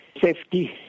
safety